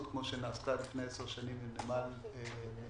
כפי שנעשתה לפני עשר שנים עם נמל אילת.